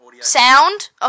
sound